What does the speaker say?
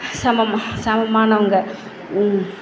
சமம் சமமானவங்க